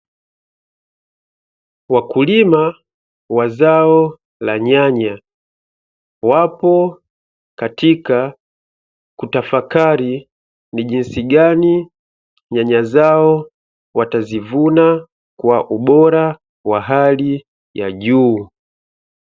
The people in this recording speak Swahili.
Wakulima wa zao la nyanya wapo katika kutafakari ni jinsi gani nyanya zao watazivuna kwa ubora wa hali juu.